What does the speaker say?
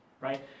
right